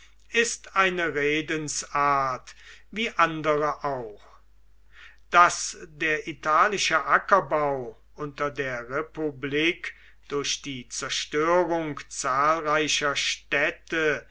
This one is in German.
ist eine redensart wie andere auch daß der italische ackerbau unter der republik durch die zerstörung zahlreicher städte